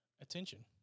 attention